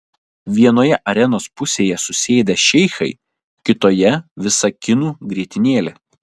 vienoje arenos pusėje susėdę šeichai kitoje visa kinų grietinėlė